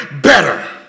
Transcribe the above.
better